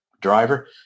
driver